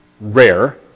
rare